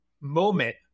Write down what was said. moment